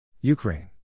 Ukraine